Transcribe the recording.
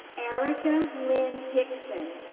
erica lynn dixon,